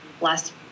Last